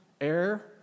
air